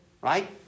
right